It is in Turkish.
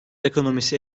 ekonomisi